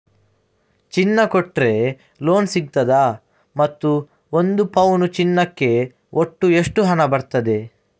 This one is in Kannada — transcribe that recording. ಚಿನ್ನ ಕೊಟ್ರೆ ಲೋನ್ ಸಿಗ್ತದಾ ಮತ್ತು ಒಂದು ಪೌನು ಚಿನ್ನಕ್ಕೆ ಒಟ್ಟು ಎಷ್ಟು ಹಣ ಬರ್ತದೆ?